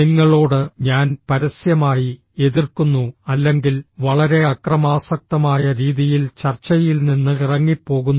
നിങ്ങളോട് ഞാൻ പരസ്യമായി എതിർക്കുന്നു അല്ലെങ്കിൽ വളരെ അക്രമാസക്തമായ രീതിയിൽ ചർച്ചയിൽ നിന്ന് ഇറങ്ങിപ്പോകുന്നു